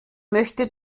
möchte